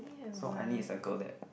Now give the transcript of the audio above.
so Aini is a girl that